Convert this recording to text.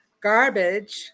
garbage